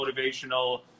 motivational